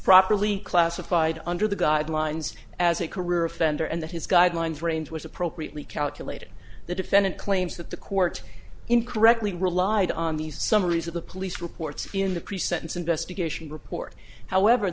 properly classified under the guidelines as a career offender and that his guidelines range was appropriately calculated the defendant claims that the court incorrectly relied on these summaries of the police reports in the pre sentence investigation report however